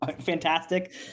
fantastic